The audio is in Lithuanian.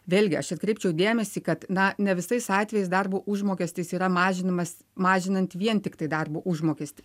vėlgi aš atkreipčiau dėmesį kad na ne visais atvejais darbo užmokestis yra mažinamas mažinant vien tiktai darbo užmokestį